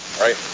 Right